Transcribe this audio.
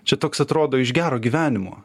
čia toks atrodo iš gero gyvenimo